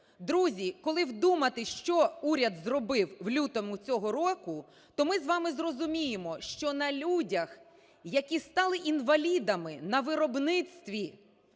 Друзі, коли вдуматись, що уряд зробив в лютому цього року, то ми з вами зрозуміємо, що на людях, які стали інвалідами на виробництві,